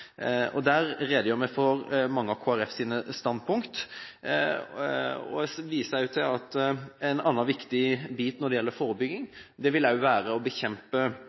Der redegjør vi for mange av Kristelig Folkepartis standpunkter. Jeg viser også til at en annen viktig bit når det gjelder forebygging,